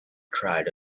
cried